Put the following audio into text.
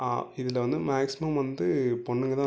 இதில் வந்து மேக்சிமம் வந்து பொண்ணுங்க தான்